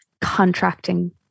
contracting